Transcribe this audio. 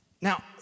Now